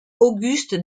auguste